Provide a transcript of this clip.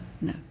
No